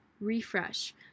refresh